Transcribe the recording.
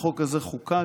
החוק הזה חוקק,